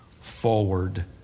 forward